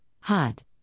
hot